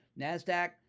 NASDAQ